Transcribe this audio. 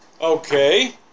Okay